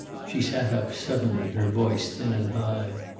she sat up, suddenly, her voice thin and high.